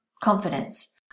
confidence